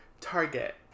Target